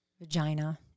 vagina